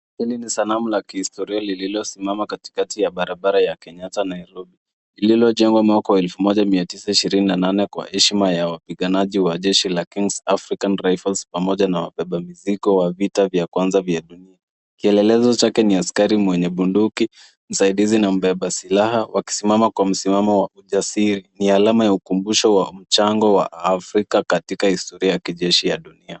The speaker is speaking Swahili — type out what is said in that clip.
Hili ni sanamu la kihistoria lililosimama katikati ya barabara ya Kenyatta, Nairobi; lililojengwa mwaka wa elfu moja mia tisa ishirini na nane kwa heshima ya wapiganaji wa jeshi la Kings African Rifles pamoja na wabeba mizigo wa vita vya kwanza vya dunia. Kielelezo chake ni askari mwenye bunduki, msaidizi na mbeba silaha wakisimama kwa msimamo wa ujasiri. Ni alama ya ukumbusho wa mchango wa Afrika katika historia ya kijeshi ya dunia.